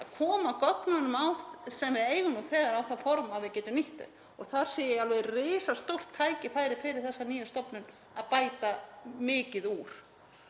að koma gögnunum sem við eigum nú þegar á það form að við getum nýtt þau. Þar sé ég alveg risastórt tækifæri fyrir þessa nýju stofnun að bæta mikið úr